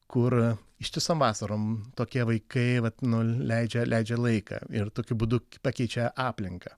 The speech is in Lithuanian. kur ištisom vasarom tokie vaikai vat nu leidžia leidžia laiką ir tokiu būdu pakeičia aplinką